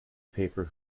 paper